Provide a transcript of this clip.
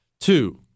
Two